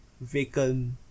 vacant